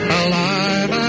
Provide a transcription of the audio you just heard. alive